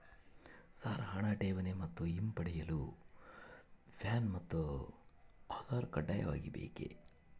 Sir ಹಣ ಠೇವಣಿ ಮತ್ತು ಹಿಂಪಡೆಯಲು ಪ್ಯಾನ್ ಮತ್ತು ಆಧಾರ್ ಕಡ್ಡಾಯವಾಗಿ ಬೇಕೆ?